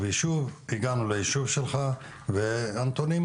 והוועדה המחוזית בשנת 1991,